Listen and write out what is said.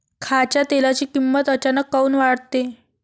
खाच्या तेलाची किमत अचानक काऊन वाढते?